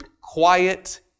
quiet